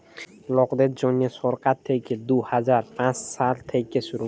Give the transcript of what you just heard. লকদের জ্যনহে সরকার থ্যাইকে দু হাজার পাঁচ সাল থ্যাইকে শুরু